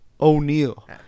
O'Neal